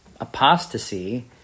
apostasy